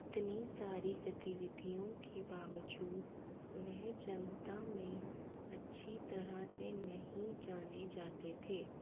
इतनी सारी गतिविधियों के बावजूद वे जनता में अच्छी तरह से नहीं जाने जाते थे